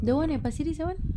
the one at pasir ris that [one]